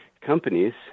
companies